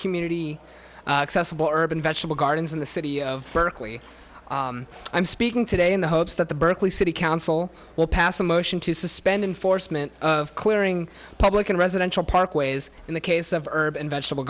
community urban vegetable gardens in the city of berkeley i'm speaking today in the hopes that the berkeley city council will pass a motion to suspend enforcement of clearing public and residential parkways in the case of urban vegetable